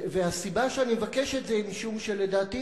הסיבה שאני מבקש את זה היא משום שלדעתי